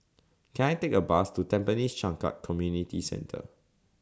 Can I Take A Bus to Tampines Changkat Community Centre